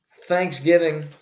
Thanksgiving